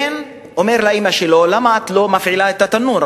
בן אומר לאמא שלו: למה את לא מפעילה את התנור?